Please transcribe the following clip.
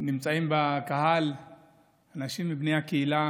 נמצאים בקהל אנשים מבני הקהילה